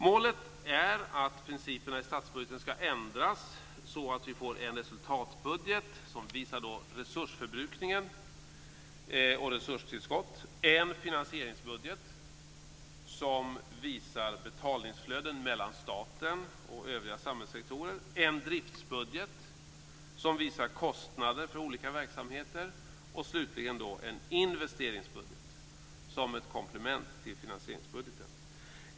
Målet är att principerna i statsbudgeten ska ändras så att vi får en resultatbudget som visar resursförbrukningen och resurstillskott, en finansieringsbudget som visar betalningsflöden mellan staten och övriga samhällssektorer, en driftsbudget som visar kostnader för olika verksamheter och slutligen en investeringsbudget som ett komplement till finansieringsbudgeten.